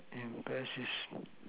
and best is